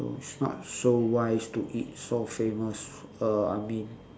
so it's not so wise to eat so famous uh I mean